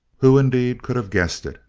who, indeed, could have guessed it?